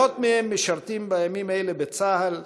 מאות מהם משרתים בימים אלה בצה"ל,